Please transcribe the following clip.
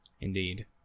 Indeed